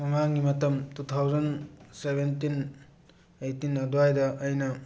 ꯃꯃꯥꯡꯒꯤ ꯃꯇꯝ two thousand seventeen eighteen ꯑꯗꯨꯋꯥꯏꯗ ꯑꯩꯅ